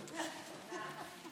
לא, לא.